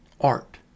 art